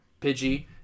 Pidgey